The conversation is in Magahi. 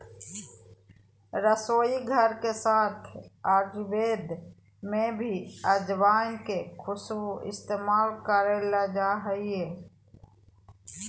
रसोईघर के साथ आयुर्वेद में भी अजवाइन के खूब इस्तेमाल कइल जा हइ